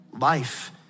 life